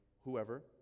whoever